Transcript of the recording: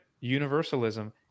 Universalism